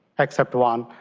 except one,